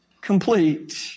complete